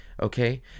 Okay